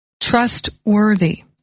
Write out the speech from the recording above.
trustworthy